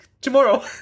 tomorrow